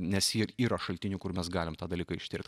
nes jie yra šaltinių kur mes galim tą dalyką ištirt